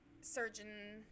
surgeon